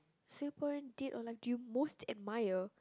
Singaporean dead or alive do you most admire